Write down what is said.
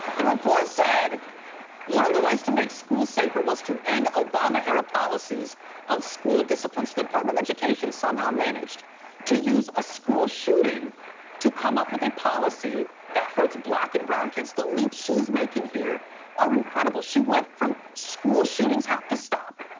the report said one of the ways to make school safer was to end obama-era policies on school discipline. so the department of education somehow managed to use a school shooting to come up with a policy that hurts black and brown kids. the leaps she's making here are incredible. she went from school shootings have to stop,